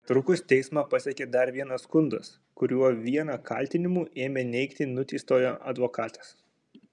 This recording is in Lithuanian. netrukus teismą pasiekė dar vienas skundas kuriuo vieną kaltinimų ėmė neigti nuteistojo advokatas